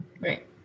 Right